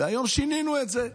והיום שינינו את זה.